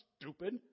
stupid